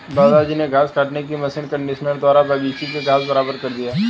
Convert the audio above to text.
दादाजी ने घास काटने की मशीन कंडीशनर द्वारा बगीची का घास बराबर कर दिया